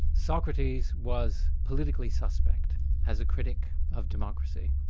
socrates was politically suspect as a critic of democracy,